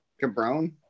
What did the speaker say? Cabron